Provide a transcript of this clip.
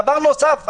דבר נוסף,